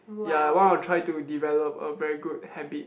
ya I wanna try to develop a very good habit